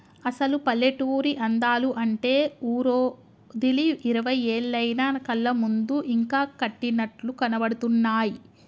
అసలు పల్లెటూరి అందాలు అంటే ఊరోదిలి ఇరవై ఏళ్లయినా కళ్ళ ముందు ఇంకా కట్టినట్లు కనబడుతున్నాయి